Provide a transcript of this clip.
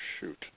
shoot